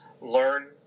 learn